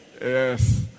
yes